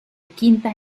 quinta